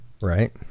Right